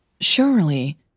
Surely